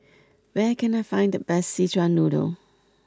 where can I find the best Szechuan Noodle